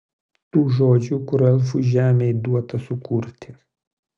tų žodžių kur elfų žemei duota sukurti